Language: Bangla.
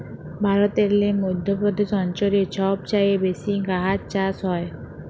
ভারতেল্লে মধ্য প্রদেশ অঞ্চলে ছব চাঁঁয়ে বেশি গাহাচ চাষ হ্যয়